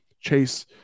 chase